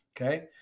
Okay